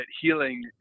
healing